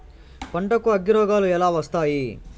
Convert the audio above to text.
పంటకు అగ్గిరోగాలు ఎలా వస్తాయి?